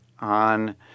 on